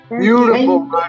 beautiful